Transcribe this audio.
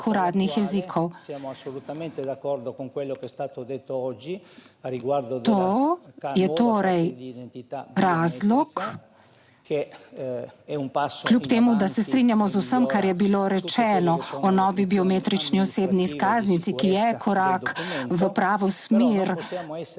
To je torej razlog, kljub temu, da se strinjamo z vsem, kar je bilo rečeno o novi biometrični osebni izkaznici, ki je korak v pravo smer